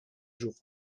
jours